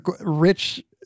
rich